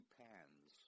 pans